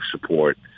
support